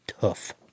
tough